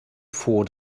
for